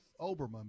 Oberman